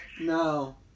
No